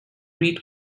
reed